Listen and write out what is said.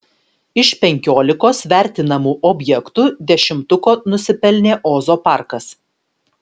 iš penkiolikos vertinamų objektų dešimtuko nusipelnė ozo parkas